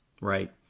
Right